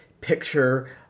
picture